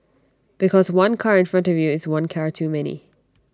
because one car in front of you is one car too many